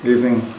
Evening